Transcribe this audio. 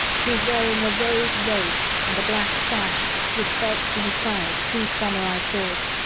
he's wearing a rose robe and a black sash which belts to his sides two samurai swords,